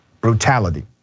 Brutality